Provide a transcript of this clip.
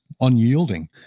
unyielding